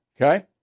Okay